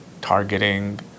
targeting